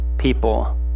people